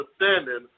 understanding